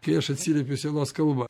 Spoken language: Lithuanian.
kai aš atsiliepiu sielos kalba